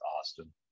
Austin